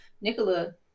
Nicola